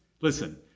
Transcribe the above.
listen